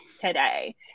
today